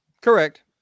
Correct